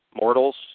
mortals